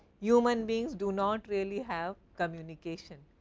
human beings do not really have communication.